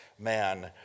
man